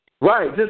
Right